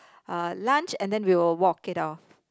uh lunch and then we will walk it off